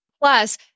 Plus